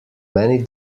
many